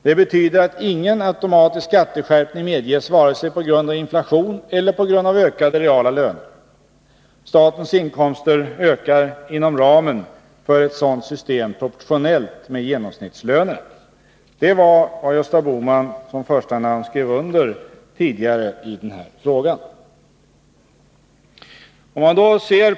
Det betyder att ingen automatisk skatteskärpning medges vare sig på grund av inflation eller på grund av ökade reala löner. Statens inkomster ökar inom ramen för ett sådant system proportionellt med genomsnittslönerna.” Detta har alltså moderaterna tidigare anfört i denna fråga i en motion där Gösta Bohman var huvudmotionär.